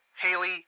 Haley